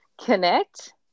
connect